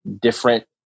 different